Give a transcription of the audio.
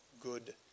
good